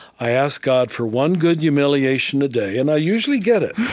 i ask god for one good humiliation a day, and i usually get it,